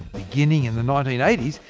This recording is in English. beginning in the nineteen eighty s,